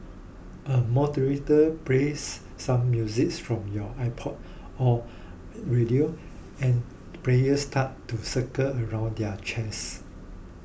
a moderator plays some music's from your iPod or radio and players start to circle around their chairs